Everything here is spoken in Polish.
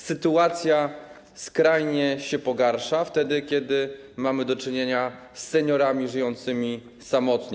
Sytuacja skrajnie się pogarsza wtedy, kiedy mamy do czynienia z seniorami żyjącymi samotnie.